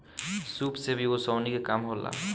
सूप से भी ओसौनी के काम होला